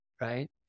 right